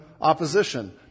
opposition